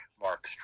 Mark